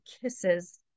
kisses